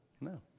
No